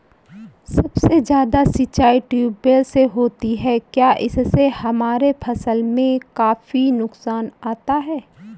सबसे ज्यादा सिंचाई ट्यूबवेल से होती है क्या इससे हमारे फसल में काफी नुकसान आता है?